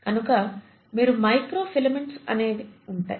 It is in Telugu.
కనుక మీకు మైక్రోఫిలమెంట్స్ అనేవి ఉంటాయి